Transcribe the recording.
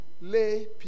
lay